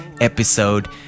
episode